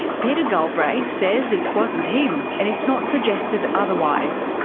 peter galbraith says it wasn't him, and it's not suggested otherwise.